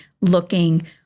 looking